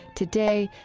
today,